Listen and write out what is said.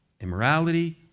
immorality